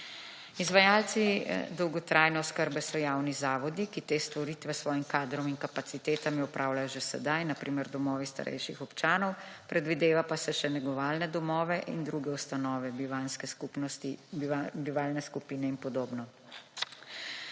Izvajalci dolgotrajne oskrbe so javni zavodi, ki te storitve svojim kadrom in kapacitetami opravljajo že sedaj, na primer domovi starejših občanov, predvideva pa se še negovalne domove in druge ustanove bivanjske skupnosti,